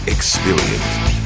Experience